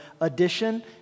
addition